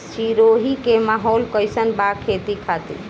सिरोही के माहौल कईसन बा खेती खातिर?